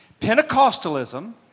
Pentecostalism